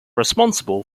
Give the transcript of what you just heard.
responsible